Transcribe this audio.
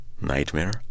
Nightmare